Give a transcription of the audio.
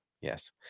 Yes